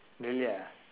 really ah